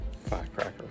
Firecracker